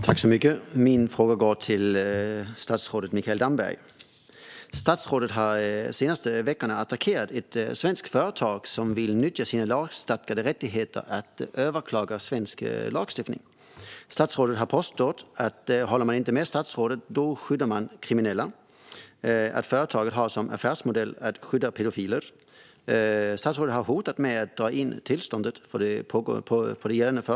Fru talman! Min fråga går till statsrådet Mikael Damberg. Statsrådet har de senaste veckorna attackerat ett svenskt företag som vill nyttja sin lagstadgade rättighet att överklaga en dom för att få en svensk lag prövad. Statsrådet har påstått att om man inte håller med statsrådet skyddar man kriminella och att företaget har som affärsmodell att skydda pedofiler. Statsrådet har hotat att dra in tillståndet för Bahnhof.